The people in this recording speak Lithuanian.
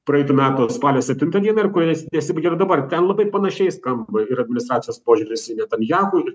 praeitų metų spalio septintą dieną ir kurie nesibaigia ir dabar ten labai panašiai skamba ir administracijos požiūris į netanjahu ir